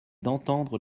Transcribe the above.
d’entendre